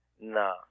no